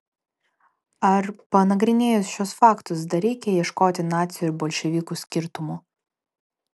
ar panagrinėjus šiuos faktus dar reikia ieškoti nacių ir bolševikų skirtumų